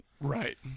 Right